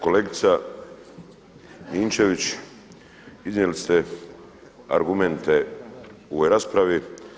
Kolegica Ninčević, iznijeli ste argumente u ovoj raspravi.